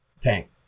tank